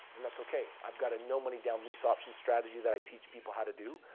and that's okay. i've got a no money down lease option strategy that i teach people how to do.